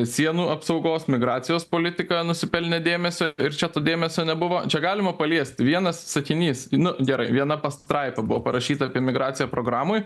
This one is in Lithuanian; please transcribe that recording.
sienų apsaugos migracijos politika nusipelnė dėmesio ir čia to dėmesio nebuvo čia galima paliesti vienas sakinys nu gerai viena pastraipa buvo parašyta apie migraciją programoj